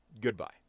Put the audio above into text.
Goodbye